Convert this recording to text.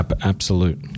absolute